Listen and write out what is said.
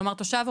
כלומר תושב,